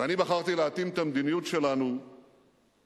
ואני בחרתי להתאים את המדיניות שלנו למציאות,